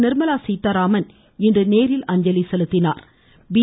நிர்மலா சீத்தாராமன் இன்றுகாலை நேரில் அஞ்சலி செலுத்தினா்